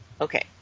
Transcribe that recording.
okay